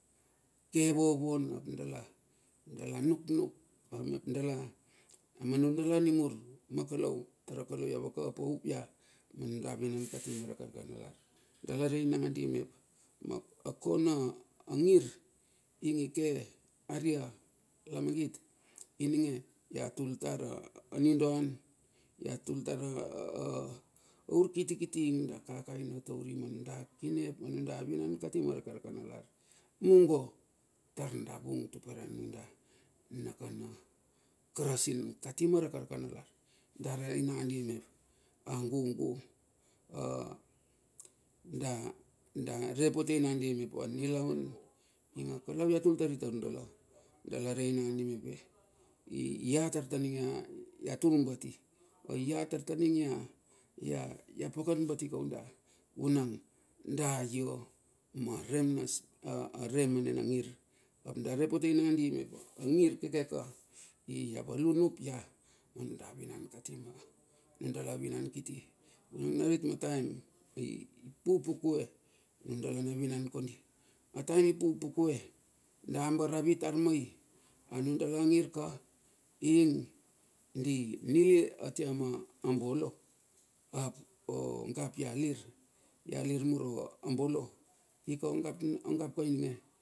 Kevovon ap dala, dala nuknuk mep dala, manudala nimur ma kalou, tara kalou ia vakapa up ia, manunda vinan kati marakaraka nalar. Dala rei nangandi mep akona angir, ing ike aria lamangit, ininge ia tul tar a nindon. Ia tul tara a urakitikiti ing da kakaina taur manunda kine ap manunda vinan kati ma rakaraka nalar. Mungo tar da vung tupere nunda nakana karasin kati ma rakaraka nalar, da rei nandi mep agugu da da repotei nandi mep anilaun ing a kalou ia tul tari taur dala. dala rei nandi mep iat tar taning ia turbati, tar taning ia pakat bati kaun da, ivunang da io ma rem anina ngir. Ap da re potei nandi mep angir keke ka, ing ia valun uop manunda vinan kati ma nundala vinan kiti. Vunang narit ataem ipupukue nundala na vinan kondi. A taem i pupukue da ambar ravi tar mei? Anundala ngir ka, ing di nilia tia ma bolo o gap ia lir, ialir mur a bolo, ika ongap ka ininge.